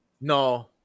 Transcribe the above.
No